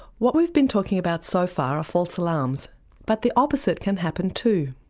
what we've been talking about so far are false alarms. but the opposite can happen too.